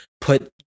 Put